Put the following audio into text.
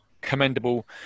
commendable